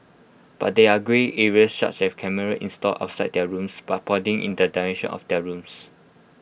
but there are grey areas such as cameras installed outside their rooms but pointing in the direction of their rooms